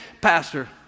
pastor